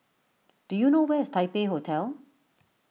do you know where is Taipei Hotel